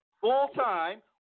full-time